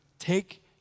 Take